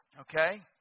Okay